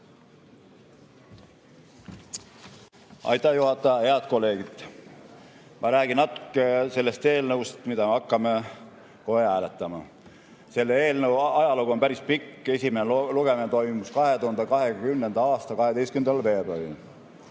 Aitäh, juhataja! Head kolleegid! Ma räägin natuke sellest eelnõust, mida me hakkame kohe hääletama. Selle eelnõu ajalugu on päris pikk, esimene lugemine toimus 2020. aasta 12. veebruaril.